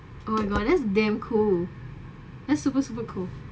oh my god that's damn cool that's super super cool